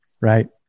right